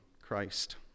Christ